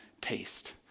taste